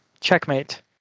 checkmate